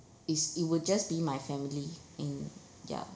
is it would just be my family in ya